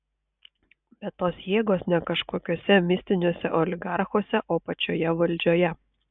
bet tos jėgos ne kažkokiuose mistiniuose oligarchuose o pačioje valdžioje